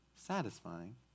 satisfying